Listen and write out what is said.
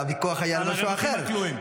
הוויכוח היה על משהו אחר, על הרווחים הכלואים.